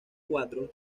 cuartos